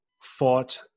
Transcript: fought